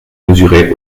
mesuré